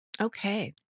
Okay